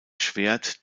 schwert